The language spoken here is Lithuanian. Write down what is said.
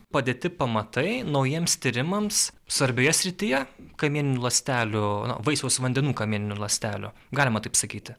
padėti pamatai naujiems tyrimams svarbioje srityje kamieninių ląstelių vaisiaus vandenų kamieninių ląstelių galima taip sakyti